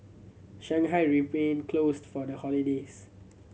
Shanghai remained closed for the holidays